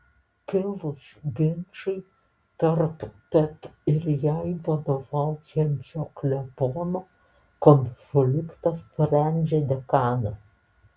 kilus ginčui tarp pet ir jai vadovaujančio klebono konfliktą sprendžia dekanas